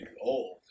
old